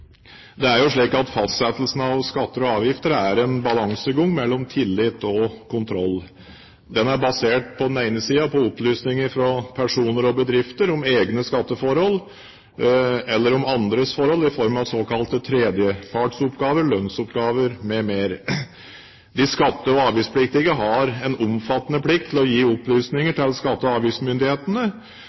Det er jo slik at fastsettelsen av skatter og avgifter er en balansegang mellom tillit og kontroll. Den er på den ene siden basert på opplysninger fra personer og bedrifter om egne skatteforhold eller om andres forhold i form av såkalte tredjepartsoppgaver, lønnsoppgaver m.m. De skatte- og avgiftspliktige har en omfattende plikt til å gi opplysninger til skatte- og avgiftsmyndighetene.